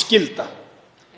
skylda.